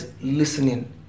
listening